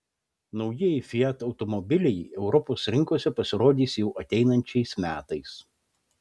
naujieji fiat automobiliai europos rinkose pasirodys jau ateinančiais metais